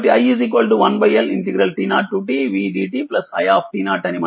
కాబట్టిi1Lt0tv dti అని మనకుతెలుసు